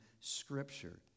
Scripture